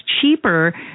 cheaper